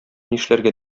нишләргә